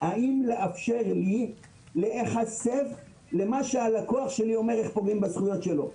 האם לאפשר לי להיחשף למה שהלקוח שלי אומר איך פוגעים בזכויות שלו.